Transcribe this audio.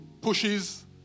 pushes